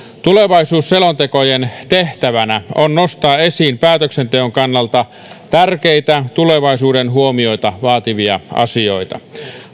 tulevaisuusselontekojen tehtävänä on nostaa esiin päätöksenteon kannalta tärkeitä tulevaisuuden huomiota vaativia asioita